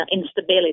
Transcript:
instability